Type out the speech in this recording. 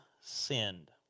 sinned